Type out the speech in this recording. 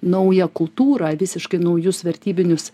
naują kultūrą visiškai naujus vertybinius